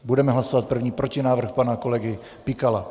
Budeme hlasovat jako první protinávrh pana kolegy Pikala.